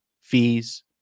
fees